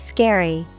Scary